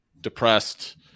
depressed